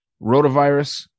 rotavirus